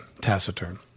taciturn